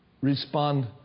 Respond